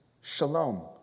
shalom